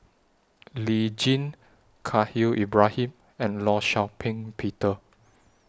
Lee Tjin Khalil Ibrahim and law Shau Ping Peter